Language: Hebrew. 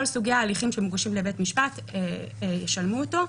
סוגי ההליכים שמוגשים לבית משפט ישלמו אותו.